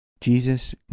Jesus